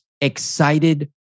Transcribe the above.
excited